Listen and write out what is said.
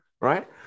Right